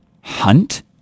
Hunt